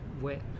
wet